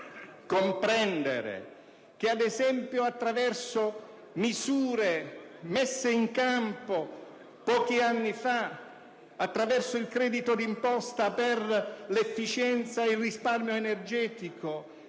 comprendere che, ad esempio, attraverso misure messe in campo pochi anni fa, attraverso il credito d'imposta per l'efficienza ed il risparmio energetico,